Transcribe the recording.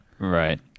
Right